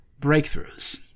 breakthroughs